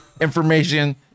information